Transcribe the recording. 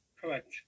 Correct